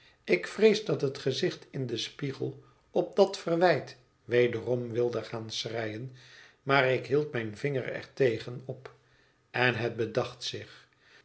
ik vrees dat het gezicht in den spiegel op dat verwijt wederom wilde gaan schreien maar ik hield mijn vinger er tegen op en het bedacht zich